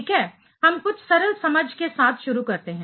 ठीक है हम कुछ सरल समझ के साथ शुरू करते हैं